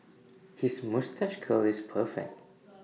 his moustache curl is perfect